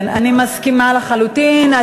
כן, אני מסכימה לחלוטין.